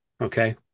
Okay